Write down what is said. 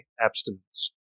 abstinence